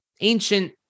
ancient